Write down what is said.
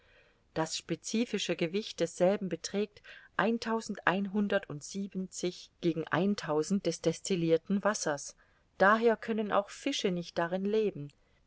das specifische gewicht desselben beträgt eintausendeinhundertundsiebenzig gegen eintausend des destillirten wassers daher können auch fische nicht darin leben